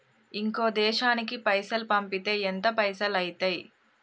ఇంకో దేశానికి పైసల్ పంపితే ఎంత పైసలు అయితయి?